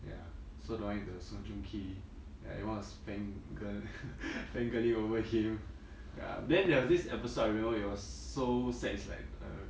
ya so the one with the song joong ki ya everyone was fangirl~ fangirling over him ya then there was this episode I remember it was so sad is like err